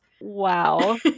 wow